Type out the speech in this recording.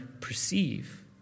perceive